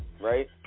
right